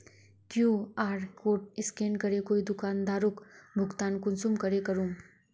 QR code scan करे कोई दुकानदारोक भुगतान कुंसम करे करूम?